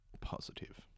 positive